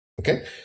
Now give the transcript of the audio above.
Okay